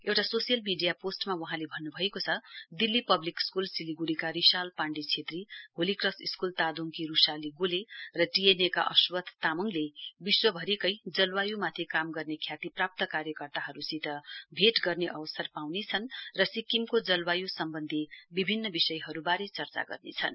एउटा social media पोस्टमा वहाँले भन्नुभएको छ दिल्ली पब्लिक स्कूल सिलिगुडीका रिशाल पाण्डे छेत्रीहोली क्रस स्कूल तादोङकी रुशाली गोले र टीएनए का अश्वय तामाङले विश्वभरिकै जलवायु माथि काम गर्ने ख्यातिप्राप्त कार्यकर्ताहरुसित भेट गर्ने अवसर पाउनेछन् र सिक्किमको जलवायु सम्बन्धी विभिन्न विषयहरुवारे चर्चा गर्नेछन्